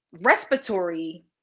respiratory